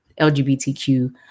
LGBTQ